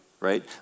Right